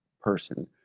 person